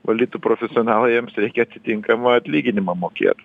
valdytų profesionalai jiems reikia atitinkamą atlyginimą mokėt